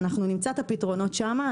אנחנו נמצא את הפתרונות שם.